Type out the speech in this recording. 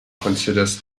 considers